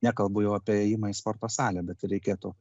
nekalbu jau apie ėjimą į sporto salę bet ir reikėtų